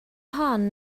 hon